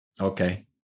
Okay